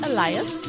Elias